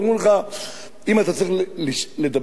אם אתה צריך לדבר או לא לדבר,